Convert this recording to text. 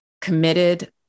committed